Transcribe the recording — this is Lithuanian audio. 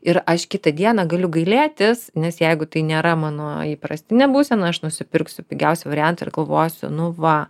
ir aš kitą dieną galiu gailėtis nes jeigu tai nėra mano įprastinė būsena aš nusipirksiu pigiausią variantą ir galvosiu nu va